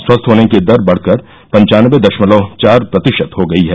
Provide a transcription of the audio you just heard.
स्वस्थ होने की दर बढ़कर पंचानबे दशमलव चार प्रतिशत हो गई है